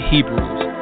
Hebrews